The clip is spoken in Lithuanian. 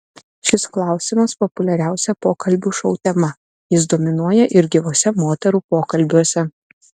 šis klausimas populiariausia pokalbių šou tema jis dominuoja ir gyvuose moterų pokalbiuose